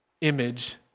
image